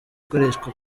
ikoreshwa